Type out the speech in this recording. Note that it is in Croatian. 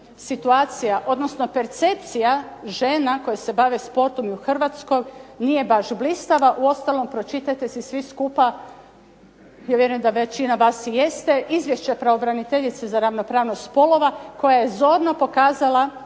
odnosno percepcija žena koje se bave sportom i u Hrvatskoj nije baš blistava. Uostalom pročitajte si svi skupa, ja vjerujem da većina vas i jeste, izvješće pravobraniteljice za ravnopravnost spolova koja je zorno pokazala